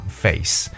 face 。